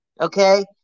Okay